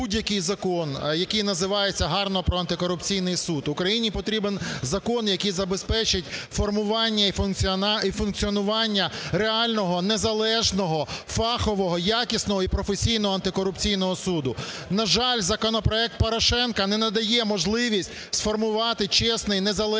будь-який закон, який називається гарно "про антикорупційний суд", Україні потрібен закон, який забезпечить формування і функціонування реального, незалежного, фахового, якісного і професійного антикорупційного суду. На жаль, законопроект Порошенка не надає можливість сформувати чесний і незалежний,